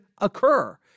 occur